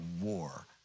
war